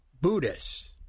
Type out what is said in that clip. Buddhist